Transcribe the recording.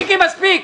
מיקי מספיק.